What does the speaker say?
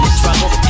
trouble